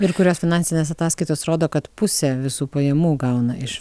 ir kurios finansinės ataskaitos rodo kad pusę visų pajamų gauna iš